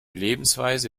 lebensweise